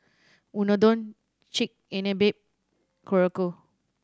Unadon Chigenabe Korokke